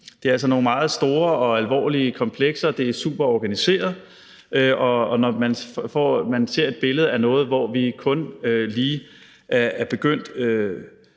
Det er altså nogle meget store og alvorlige komplekser. Det er super organiseret, og man ser et billede af noget, hvor vi kun lige er begyndt